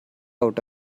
out